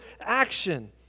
action